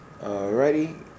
Alrighty